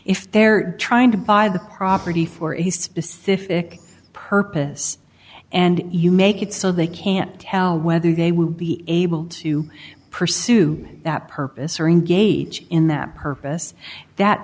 if they're trying to buy the property for a specific purpose and you make it so they can't tell whether they will be able to pursue that purpose or engage in that purpose that